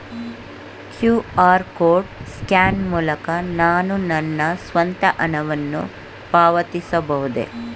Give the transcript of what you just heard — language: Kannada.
ಕ್ಯೂ.ಆರ್ ಕೋಡ್ ಸ್ಕ್ಯಾನ್ ಮೂಲಕ ನಾನು ನನ್ನ ಸ್ವಂತ ಹಣವನ್ನು ಪಾವತಿಸಬಹುದೇ?